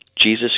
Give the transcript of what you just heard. Jesus